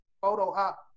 photo-op